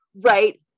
right